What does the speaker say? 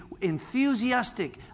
enthusiastic